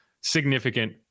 significant